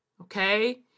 okay